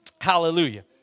Hallelujah